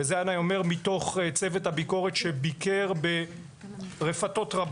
ואת זה אני אומר מתוך צוות הביקורת שביקר ברפתות רבות.